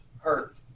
hurt